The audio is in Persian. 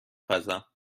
پزم